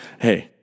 Hey